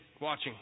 watching